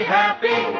happy